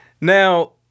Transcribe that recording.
Now